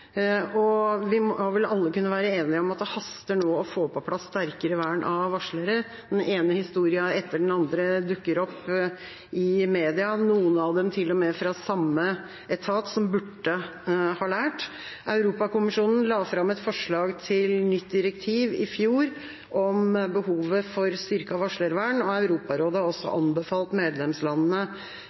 Vi må vel alle kunne være enige om at det haster nå med å få på plass et sterkere vern av varslere. Den ene historien etter den andre dukker opp i media, noen av dem til og med fra samme etat, som burde ha lært. Europakommisjonen la fram et forslag til nytt direktiv i fjor om behovet for styrket varslervern. Europarådet har også anbefalt medlemslandene